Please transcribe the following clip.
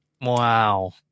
Wow